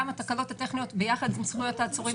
גם התקלות הטכניות ביחד עם זכויות העצורים,